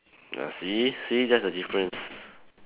ya see see that's the difference